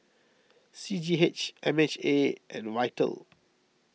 C G H M H A and Vital